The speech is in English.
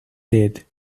did